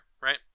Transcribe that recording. right